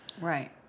right